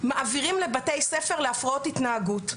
מעבירים לבתי ספר עם הפרעות התנהגות,